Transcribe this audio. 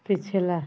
पिछला